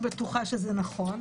אני בטוחה שזה נכון,